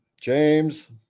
James